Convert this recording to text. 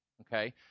okay